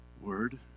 Word